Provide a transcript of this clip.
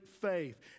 faith